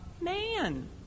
man